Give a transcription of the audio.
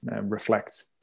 reflect